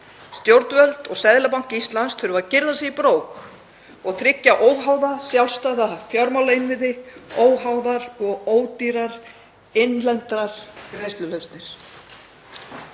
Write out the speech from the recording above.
Stjórnvöld og Seðlabanki Íslands þurfa að gyrða sig í brók og tryggja óháða, sjálfstæða fjármálainnviði, óháðar, ódýrar og innlendar greiðslulausnir.